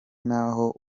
n’aho